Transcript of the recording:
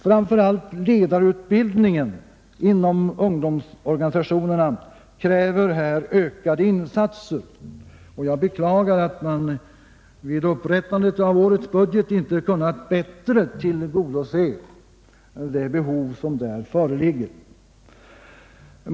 Framför allt ledarutbildningen inom ungdomsorganisationerna kräver här ökade insatser och jag beklagar att man vid upprättandet av årets budget inte bättre kunnat tillgodose de behov som där föreligger.